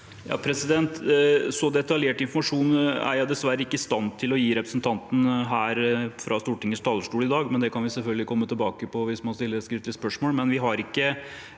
Så detaljert informasjon er jeg dessverre ikke i stand til å gi representanten fra Stortingets talerstol i dag. Det kan vi selvfølgelig komme tilbake til hvis man stiller et skriftlig spørsmål,